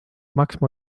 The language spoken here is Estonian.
maksma